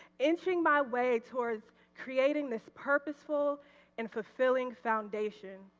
inching my ways towards creating this purposeful and fulfilling foundation.